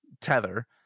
tether